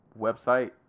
website